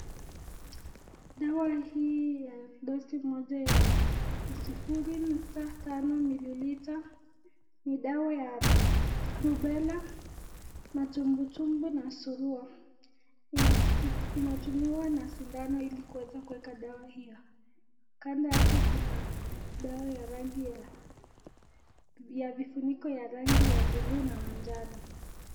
Dawa hii ya dosi moja ya sufuri nukta tano mililita ni dawa ya rubela, matumbwi tumbwi na surua. Inatumiwa na sindano hili kuweza kuweka dawa hiyo, kando yake kuna dawa ya rangi ya vifuniko ya rangi ya buluu na manjano.